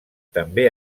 també